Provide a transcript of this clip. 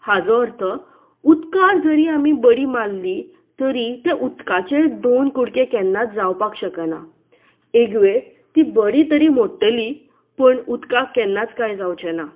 हाजो अर्थ उदकांक जरी आमी बडी मारली तरी त्या उदकांचे दोन कुडके केन्नाच जावपाक शकना एकवेळ ती बडी तरी मोडटली पूण उदकांक केन्नाच काय जांवचेना